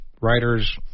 writers